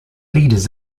leaders